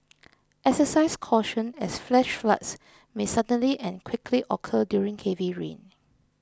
exercise caution as flash floods may suddenly and quickly occur during heavy rain